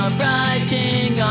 writing